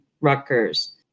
Rutgers